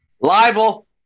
Libel